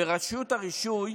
וברשות הרישוי